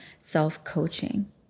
self-coaching